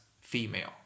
female